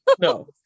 No